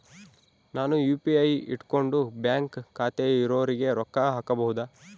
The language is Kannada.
ನಾನು ಯು.ಪಿ.ಐ ಇಟ್ಕೊಂಡು ಬ್ಯಾಂಕ್ ಖಾತೆ ಇರೊರಿಗೆ ರೊಕ್ಕ ಹಾಕಬಹುದಾ?